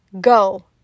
go